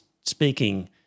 speaking